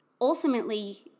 ultimately